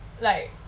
like